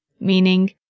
Meaning